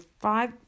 five